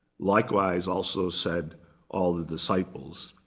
likewise, also said all the disciples.